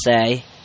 say